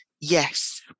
Yes